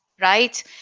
right